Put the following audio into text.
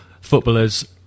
footballers